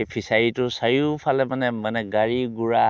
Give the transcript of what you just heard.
এই ফিচাৰিটোৰ চাৰিওফালে মানে মানে গাড়ী গোড়া